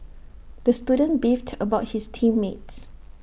the student beefed about his team mates